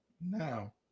now